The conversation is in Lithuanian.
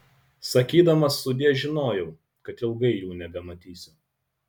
sakydamas sudie žinojau kad ilgai jų nebematysiu